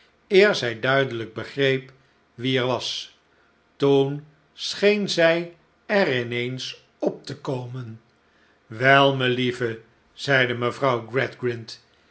eer zij duidelijk begreep wie er was toen scheen zij er in eens op te komen wel melieve zeide mevrouw